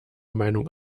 meinung